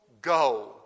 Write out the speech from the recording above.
go